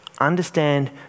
Understand